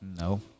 No